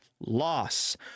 loss